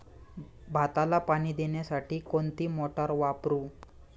भाताला पाणी देण्यासाठी कोणती मोटार वापरू?